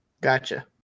Gotcha